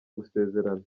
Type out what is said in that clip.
gusezerana